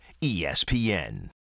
ESPN